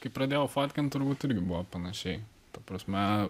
kai pradėjau fotkint turbūt irgi buvo panašiai ta prasme